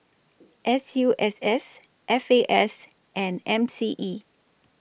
S U S S F A S and M C E